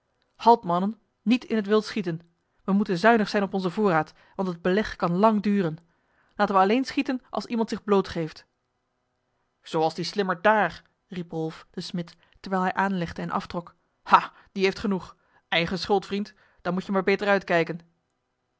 halt mannen niet in het wild schieten we moeten zuinig zijn op onzen voorraad want het beleg kan lang duren laten we alleen schieten als iemand zich bloot geeft zooals die slimmerd daar riep rolf de smid terwijl hij aanlegde en aftrok ha die heeft genoeg eigen schuld vriend dan moet je maar beter uitkijken